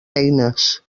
eines